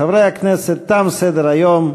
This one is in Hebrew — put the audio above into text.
חברי הכנסת, תם סדר-היום.